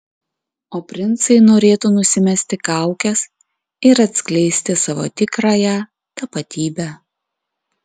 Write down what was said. o princai norėtų nusimesti kaukes ir atskleisti savo tikrąją tapatybę